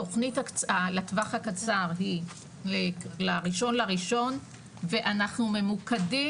התוכנית לטווח הקצר היא ל- 1.1.2022 ואנחנו ממוקדים